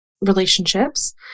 relationships